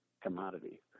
commodity